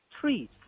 three